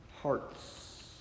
hearts